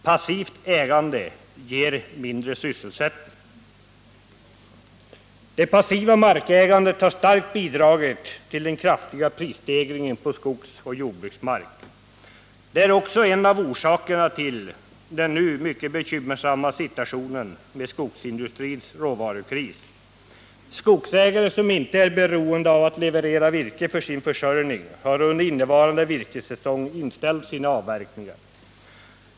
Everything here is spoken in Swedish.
Passivt ägande ger mindre sysselsättning. Det passiva markägandet har starkt bidragit till den kraftiga prisstegringen på skogsoch jordbruksmark. Det är också en av orsakerna till den nu mycket bekymmersamma situationen med skogsindustrins råvarukris. Skogsägare som inte är beroende av att leverera virke för sin försörjning har under innevarande virkessäsong inställt sina avverkningar.